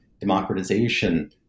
democratization